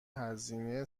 هزینه